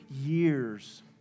years